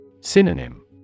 Synonym